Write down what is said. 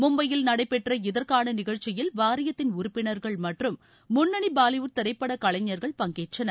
மும்பையில் நடைபெற்ற இதற்கான நிகழ்ச்சியில் வாரியத்தின் உறுப்பினர்கள் மற்றும் முன்னணி பாலிவுட் திரைப்பட கலைஞர்கள் பங்கேற்றனர்